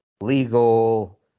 legal